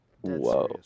Whoa